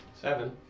Seven